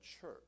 church